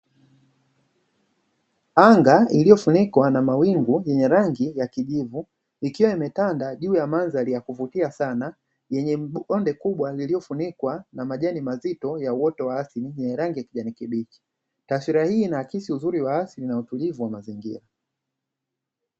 Anga ilyofunikwa na mawingu yenye rangi ya kijivu, ikiwa imetanda juu ya mandhari ya kuvutia sana, yenye bonde kubwa lililofunikwa na majani mazito ya uoto wa asili, yenye rangi ya kijani kibichi, taswira hii inaakisi uzuri wa asili na utulivu wa mazingira.